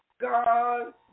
God